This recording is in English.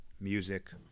Music